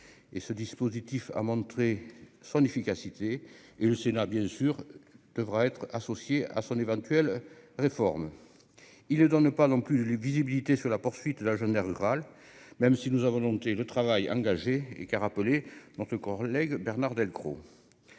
ce dispositif a montré son efficacité et le Sénat bien sûr devra être associé à son éventuelle réforme il ne donne pas non plus le visibilité sur la poursuite, l'agenda rural, même si nous à volonté le travail engagé et qui a rappelé, dans ce qu'on relègue Bernard Delcros